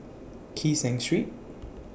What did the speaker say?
Kee Seng Street